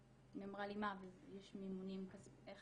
והיא אמרה לי, מה, יש מימונים, איך